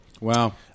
wow